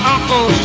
Uncle